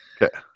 Okay